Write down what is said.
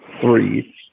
three